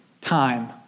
time